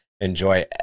enjoy